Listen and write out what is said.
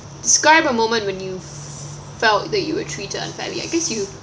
describe a moment when you felt that you were treated unfairly I guess you